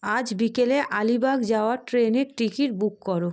আজ বিকেলে আলিবাগ যাওয়ার ট্রেনের টিকিট বুক করো